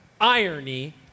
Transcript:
irony